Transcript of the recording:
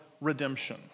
redemption